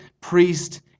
priest